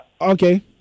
Okay